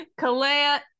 Kalea